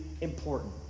important